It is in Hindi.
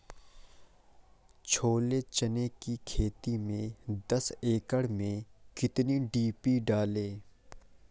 छोले चने की खेती में दस एकड़ में कितनी डी.पी डालें?